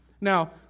Now